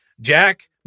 Jack